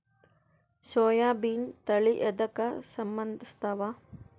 ಸೋಯಾಬಿನ ತಳಿ ಎದಕ ಸಂಭಂದಸತ್ತಾವ?